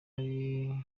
ari